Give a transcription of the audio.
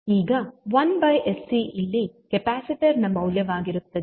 ಈಗ 1 sC ಇಲ್ಲಿ capacitor ನ ಮೌಲ್ಯವಾಗಿರುತ್ತದೆ